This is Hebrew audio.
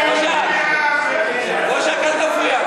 חבר הכנסת, אל תטיף לי מוסר, באמת.